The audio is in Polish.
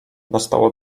nastało